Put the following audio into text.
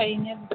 ꯐꯩꯅꯦ ꯑꯗꯨꯗꯤ